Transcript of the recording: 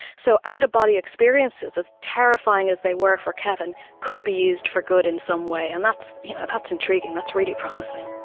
so out-of-body experiences, as terrifying as they were for kevin, could be used for good in some way, and that's you know that's intriguing, that's really promising.